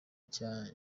cya